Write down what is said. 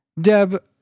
Deb